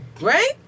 Right